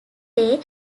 day